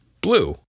blue